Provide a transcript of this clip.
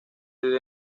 vive